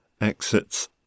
exits